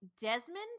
Desmond